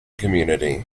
community